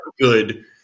good